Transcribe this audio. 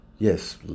Yes